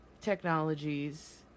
technologies